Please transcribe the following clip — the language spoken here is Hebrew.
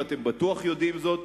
ואתם בלי ספק יודעים זאת,